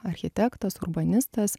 architektas urbanistas